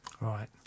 Right